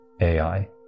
ai